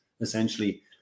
essentially